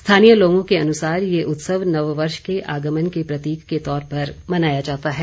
स्थानीय लोगों के अनुसार ये उत्सव नववर्ष के आगमन के प्रतीक के तौर पर मनाया जाता है